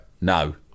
no